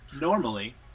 normally